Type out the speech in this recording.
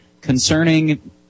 concerning